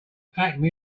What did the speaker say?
acne